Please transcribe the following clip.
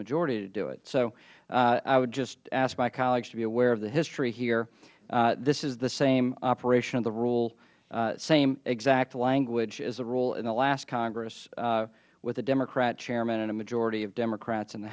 majority to do it so i would just ask my colleagues to be aware of the history here this is the same operation of the rule same exact language as the rule in the last congress with a democrat chairman and a majority of democrats in the